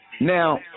Now